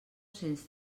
cents